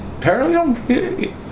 parallel